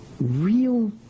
real